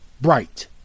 bright